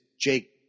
Jake